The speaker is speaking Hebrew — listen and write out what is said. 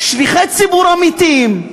שליחי ציבור אמיתיים.